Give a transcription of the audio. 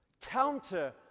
counter